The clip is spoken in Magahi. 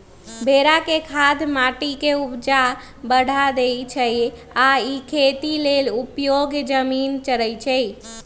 भेड़ा के खाद माटी के ऊपजा बढ़ा देइ छइ आ इ खेती लेल अयोग्य जमिन चरइछइ